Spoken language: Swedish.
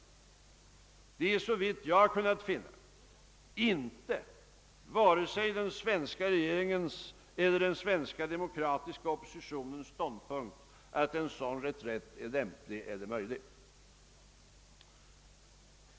Såvitt jag kunnat finna är det inte vare sig den svenska regeringens eller den svenska demokratiska oppositionens ståndpunkt att en sådan reträtt är lämplig eller möjlig.